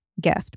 gift